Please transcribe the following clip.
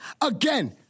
again